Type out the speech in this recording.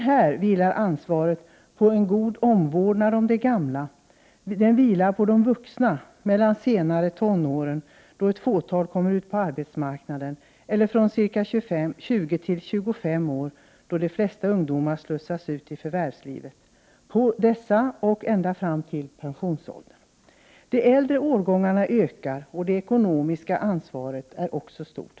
Här vilar ansvaret för en god omvårdnad om de gamla på de vuxna — från senare tonåren, då ett fåtal kommer ut på arbetsmarknaden, eller från 20-25 år, då de flesta ungdomar slussas ut i förvärvslivet, och fram till pensionsåldern. De äldre årgångarna ökar, och det ekonomiska ansvaret är också här stort.